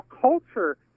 culture